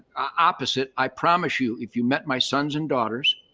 opposite, i promise you, if you met my sons and daughters,